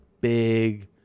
big